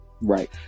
right